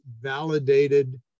validated